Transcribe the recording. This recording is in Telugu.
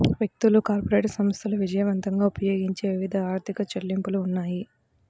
వ్యక్తులు, కార్పొరేట్ సంస్థలు విజయవంతంగా ఉపయోగించే వివిధ ఆర్థిక చెల్లింపులు ఉన్నాయి